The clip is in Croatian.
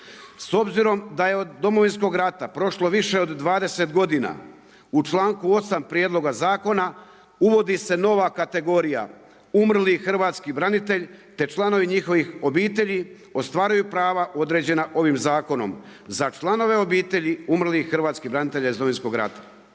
S obzirom da je od Domovinskog rata prošlo više od 20 godina, u čl.8 prijedloga zakona, uvodi se nova kategorija, umrli hrvatski branitelj, te članovi njihovih obitelji, ostvaruju prava određenih ovim zakonom. Za članove obitelji umrlih hrvatskih branitelja iz Domovinskog rata.